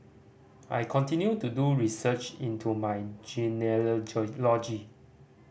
I continue to do research into my